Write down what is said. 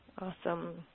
Awesome